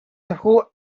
who